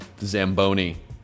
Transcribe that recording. Zamboni